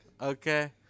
okay